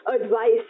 advice